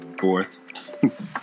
fourth